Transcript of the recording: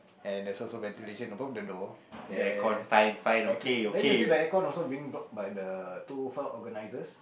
and also ventilation above the door